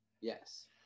Yes